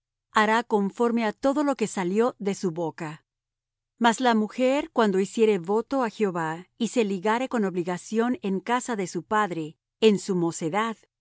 hará conforme á todo lo que salió de su boca mas la mujer cuando hiciere voto á jehová y se ligare con obligación en casa de su padre en su mocedad